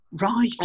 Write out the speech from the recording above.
Right